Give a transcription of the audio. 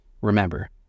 Remember